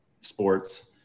Sports